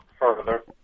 further